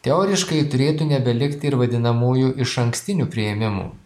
teoriškai turėtų nebelikt ir vadinamųjų išankstinių priėmimų